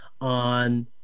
on